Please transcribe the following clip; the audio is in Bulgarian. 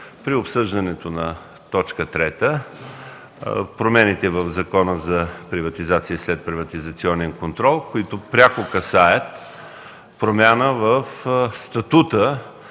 при обсъждането на т. 3 – промените в Закона за приватизация и следприватизационен контрол, които пряко касаят промяна в статута